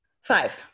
Five